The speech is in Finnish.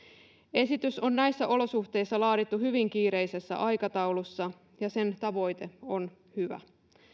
esitys on näissä olosuhteissa laadittu hyvin kiireisessä aikataulussa ja sen tavoite on hyvä